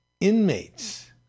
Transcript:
Inmates